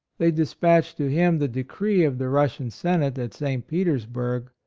they dispatched to him the decree of the russian senate at st. petersburgh,